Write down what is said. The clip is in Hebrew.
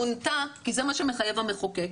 מונתה כי זה מה שמחייב המחוקק.